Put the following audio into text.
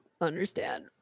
understand